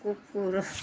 କୁକୁର